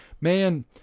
Man